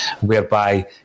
whereby